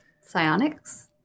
Psionics